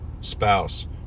spouse